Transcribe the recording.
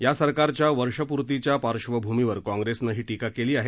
या सरकारच्या वर्षपूर्तीच्या पार्श्वभूमीवर काँग्रेसनं ही टीका केली आहे